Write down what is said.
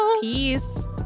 peace